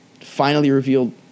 finally-revealed